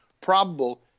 probable